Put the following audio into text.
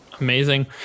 Amazing